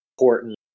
important